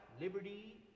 liberty